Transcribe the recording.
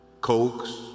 Cokes